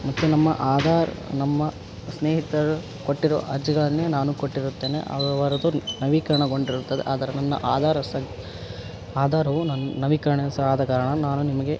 ಮತ್ತು ನಮ್ಮ ಆಧಾರ್ ನಮ್ಮ ಸ್ನೇಹಿತರು ಕೊಟ್ಟಿರೋ ಅರ್ಜಿಗಳನ್ನೇ ನಾನು ಕೊಟ್ಟಿರುತ್ತೇನೆ ಅವು ಅವರದ್ದು ನವೀಕರಣಗೊಂಡಿರುತ್ತದೆ ಆದರೆ ನನ್ನ ಆಧಾರ್ ಸಂ ಆಧಾರವು ನನ್ನ ನವೀಕರಣ ಸ ಆದಕಾರಣ ನಾನು ನಿಮಗೆ